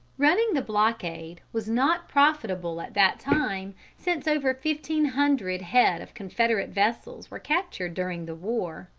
running the blockade was not profitable at that time, since over fifteen hundred head of confederate vessels were captured during the war.